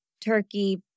turkey